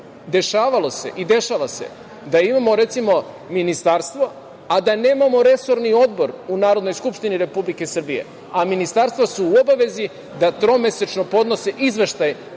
Dešavalo se i dešava se da imamo, recimo, ministarstvo, a da nemamo resorni odbor u Narodnoj skupštini Republike Srbije, a ministarstva su u obavezi da tromesečno podnose izveštaj